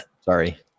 sorry